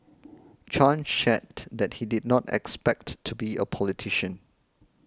Chan shared that he did not expect to be a politician